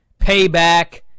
payback